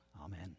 Amen